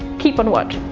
keep on watching.